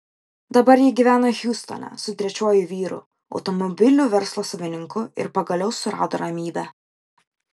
dabar ji gyvena hjustone su trečiuoju vyru automobilių verslo savininku ir pagaliau surado ramybę